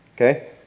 Okay